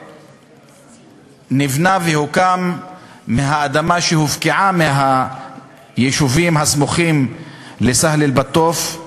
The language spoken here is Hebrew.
שנבנה והוקם על אדמה שהופקעה מהיישובים הסמוכים לסהל-אלבטוף,